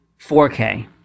4K